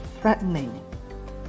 threatening